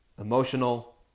emotional